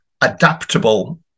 adaptable